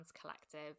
Collective